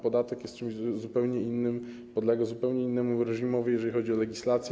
Podatek jest czymś zupełnie innym, podlega zupełnie innemu reżimowi, jeżeli chodzi o legislację.